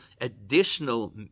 additional